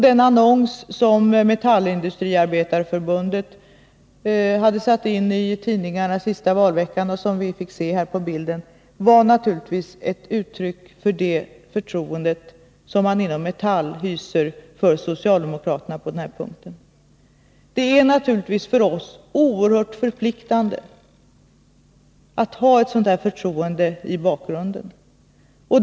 Den annons som Metallindustriarbetareförbundet hade satt in i tidningarna veckan före valet och som vi fick se på skärmen här i kammaren var naturligtvis ett uttryck för det förtroende som man inom Metall på denna punkt hyser för socialdemokraterna. För oss är det givetvis oerhört förpliktande att ha ett sådant här förtroende i bakgrunden.